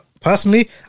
personally